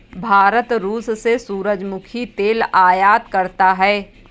भारत रूस से सूरजमुखी तेल आयात करता हैं